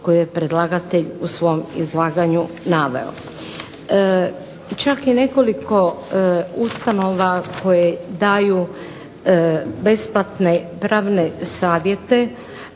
koje je predlagatelj u svom izlaganju naveo. Čak i nekoliko ustanova koje daju besplatne pravne savjete